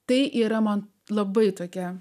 tai yra man labai tokia